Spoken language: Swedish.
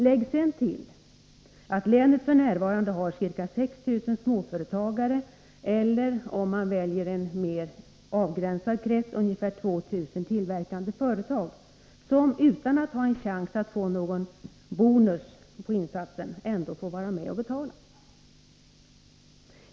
Lägg sedan till att länet f. n. har ca 6 000 småföretagare eller, om man väljer en mer avgränsad krets, ungefär 2 000 tillverkande företag, som utan att ha en chans att få någon ”bonus” på insatsen ändå får vara med och betala.